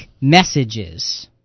messages